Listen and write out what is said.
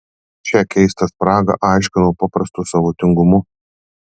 šią keistą spragą aiškinau paprastu savo tingumu